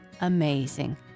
amazing